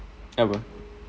apa